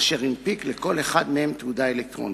אשר הנפיק לכל אחד מהם תעודה אלקטרונית.